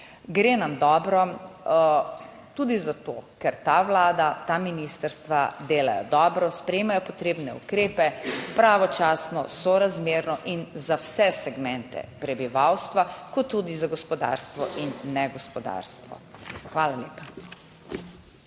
Gre nam dobro tudi zato, ker ta Vlada, ta ministrstva delajo dobro, sprejemajo potrebne ukrepe pravočasno, sorazmerno in za vse segmente prebivalstva kot tudi za gospodarstvo in negospodarstvo. Hvala lepa.